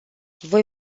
voi